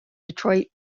detroit